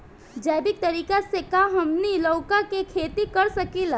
जैविक तरीका से का हमनी लउका के खेती कर सकीला?